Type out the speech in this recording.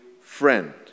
friend